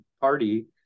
party